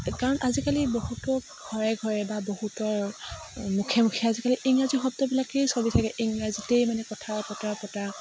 কাৰণ আজিকালি বহুতৰে ঘৰে ঘৰে বা বহুতৰ মুখে মুখে আজিকালি ইংৰাজী শব্দবিলাকেই চলি থাকে ইংৰাজীতেই মানে কথা বতৰা পতা